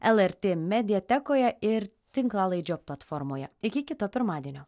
lrt mediatekoje ir tinklalaidžio platformoje iki kito pirmadienio